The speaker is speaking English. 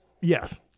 Yes